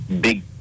big